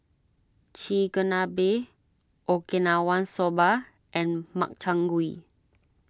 Chigenabe Okinawa Soba and Makchang Gui